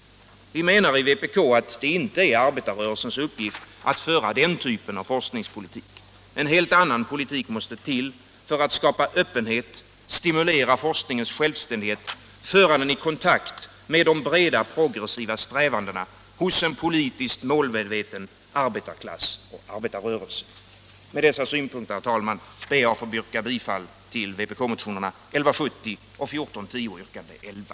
Vi menar i vpk att det inte är arbetarrörelsens uppgift att föra den typen av forskningspolitik. En helt annan politik måste till för att skapa öppenhet, stimulera forskningens självständighet och föra den i kontakt med de breda progressiva strävandena hos en politiskt målmedveten arbetarklass och arbetarrörelse.